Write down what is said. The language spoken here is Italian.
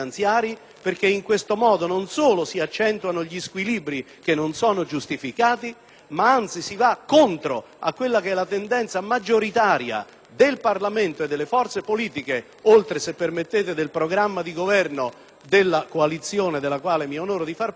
ma anzi, si va contro la tendenza maggioritaria del Parlamento e delle forze politiche, oltre che - se permettete - del programma di Governo della coalizione della quale mi onoro di far parte, di superare l'istituto della Provincia e della sua dimensione territoriale.